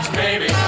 baby